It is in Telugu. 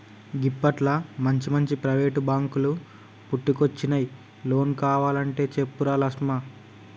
గిప్పట్ల మంచిమంచి ప్రైవేటు బాంకులు పుట్టుకొచ్చినయ్, లోన్ కావలంటే చెప్పురా లస్మా